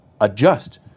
adjust